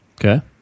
Okay